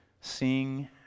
sing